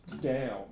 Down